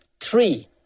Three